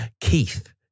Keith